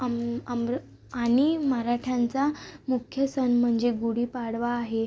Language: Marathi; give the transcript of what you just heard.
अमृ आणि मराठ्यांचा मुख्य सण म्हणजे गुढीपाडवा आहे